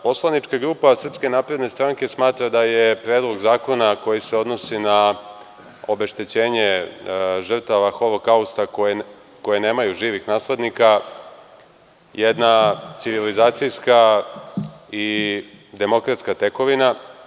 Poslanička grupa SNS smatra da je Predlog zakona koji se odnosi na obeštećenje žrtava holokausta koje nemaju živih naslednika, jedna civilizacijska i demokratska tekovina.